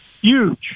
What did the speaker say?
Huge